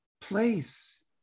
place